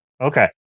okay